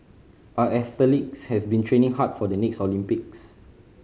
our athletes have been training hard for the next Olympics